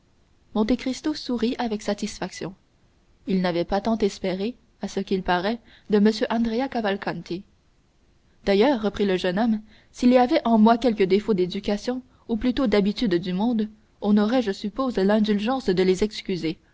rome monte cristo sourit avec satisfaction il n'avait pas tant espéré à ce qu'il paraît de m andrea cavalcanti d'ailleurs reprit le jeune homme s'il y avait en moi quelque défaut d'éducation ou plutôt d'habitude du monde on aurait je suppose l'indulgence de les excuser